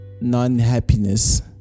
non-happiness